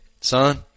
son